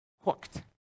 hooked